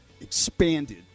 expanded